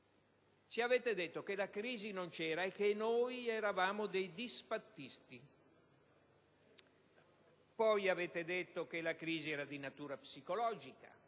risposto che la crisi non c'era e che eravamo dei disfattisti. Poi avevate detto che la crisi era di natura psicologica,